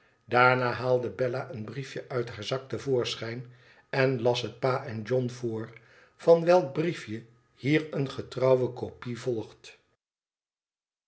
daarna haalde bella een briefje uit haar zak te voorschijn en las het pa en john voor van welk briefje hier eene getrouwe kopie volgt